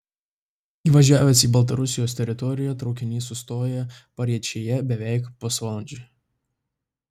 įvažiavęs į baltarusijos teritoriją traukinys sustoja pariečėje beveik pusvalandžiui